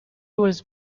was